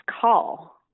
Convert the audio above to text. call